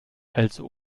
also